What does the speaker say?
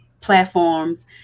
platforms